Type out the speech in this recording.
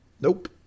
Nope